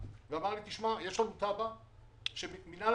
נמצאת כרגע בשלב שאי אפשר להריץ אותה עד שהשר יחתום.